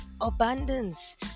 abundance